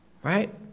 Right